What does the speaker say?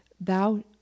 thou